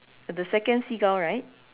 the second seagull right